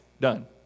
done